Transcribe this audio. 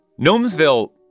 Gnomesville